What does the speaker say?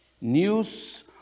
news